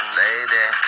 lady